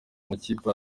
amakipe